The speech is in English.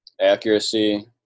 accuracy